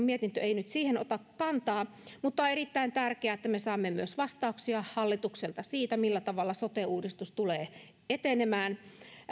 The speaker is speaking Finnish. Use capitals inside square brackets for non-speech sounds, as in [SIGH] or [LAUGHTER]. [UNINTELLIGIBLE] mietintö ei nyt siihen ota kantaa mutta on erittäin tärkeää että me saamme myös vastauksia hallitukselta siitä millä tavalla sote uudistus tulee etenemään